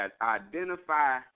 Identify